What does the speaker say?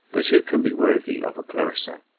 but who can be worthy of a clarissa?